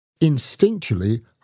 Instinctually